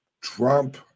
Trump